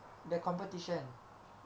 the competition